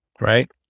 right